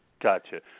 Gotcha